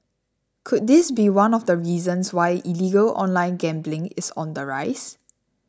could this be one of the reasons why illegal online gambling is on the rise